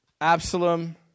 Absalom